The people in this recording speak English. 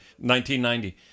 1990